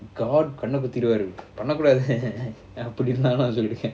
god கண்ணகுத்திருவாருபண்ணகூடாதுஅப்படிஇருந்தவங்கதாஅந்த:kanna kutthiruvaru panna kudadhu appadi iruthavangatha antha lady